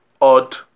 odd